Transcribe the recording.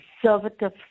conservative